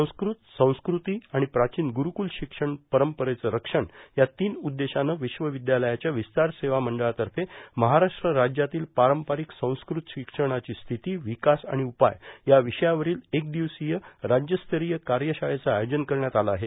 संस्कृत संस्कृती आणि प्राचीन ग्रुठकुल शिक्षण परंपरेचं रक्षण या तीन उद्देशानं विश्वविद्यालयाच्या विस्तार सेवा मंडळातर्फे महाराष्ट्र राज्यातील पारंपरिक संस्कृत शिक्षणाची स्थिती विकास आणि उपाय या विषयावरील एक दिवसीय राज्यस्तरीय कार्यशाळेचं आयोजन करण्यात आलं आहे